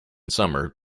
summer